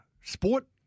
sport